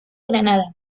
granada